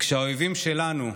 כשהאויבים שלנו,